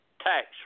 tax